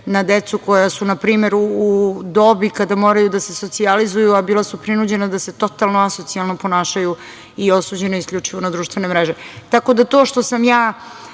na decu koja su, na primer, u dobi kada moraju da se socijalizuju, a bila su prinuđena da se totalno asocijalno ponašaju i osuđena isključivo na društvene mreže. Tako da, to što sam ja